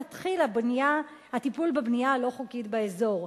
יתחיל הטיפול בבנייה הלא-חוקית באזור',